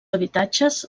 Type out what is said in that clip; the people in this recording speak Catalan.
habitatges